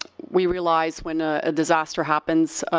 we realize when a disaster happens,